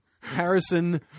Harrison